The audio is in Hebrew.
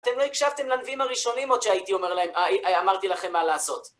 אתם לא הקשבתם לנביאים הראשונים עוד, שהייתי אומר להם... א... אמרתי לכם מה לעשות